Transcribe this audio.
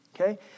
okay